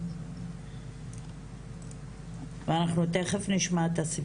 הזה ואנחנו תיכף נשמע את הסיפור